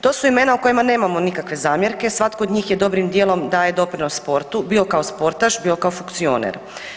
To su imena o kojima nemamo nikakve zamjerke, svatko od njih je dobrim djelom daje doprinos sportu, bio kao sportaš, bio kao funkcioner.